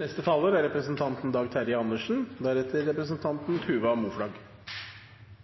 Representanten Lise Christoffersen tok opp spørsmålet om arbeidslivskriminalitet, og det er